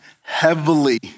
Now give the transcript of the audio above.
heavily